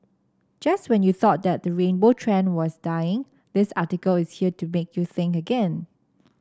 just when you thought that the rainbow trend was dying this article is here to make you think again